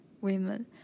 women